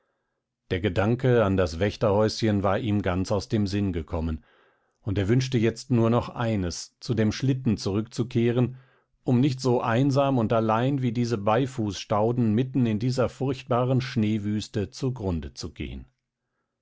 der gedanke an das wächterhäuschen war ihm ganz aus dem sinn gekommen und er wünschte jetzt nur noch eines zu dem schlitten zurückzukehren um nicht so einsam und allein wie diese beifußstauden mitten in dieser furchtbaren schneewüste zugrunde zu gehen